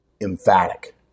emphatic